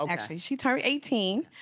um actually she turned eighteen